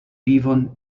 vivon